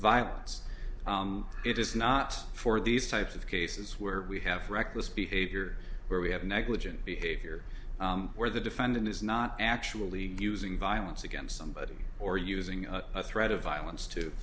violence it is not for these types of cases where we have reckless behavior where we have negligent behavior where the defendant is not actually using violence against somebody or using a threat of violence to